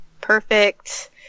perfect